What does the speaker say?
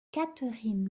katherine